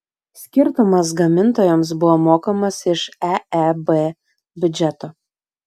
skirtumas gamintojams buvo mokamas iš eeb biudžeto